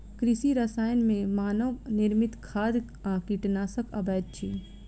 कृषि रसायन मे मानव निर्मित खाद आ कीटनाशक अबैत अछि